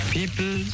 people